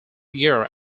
year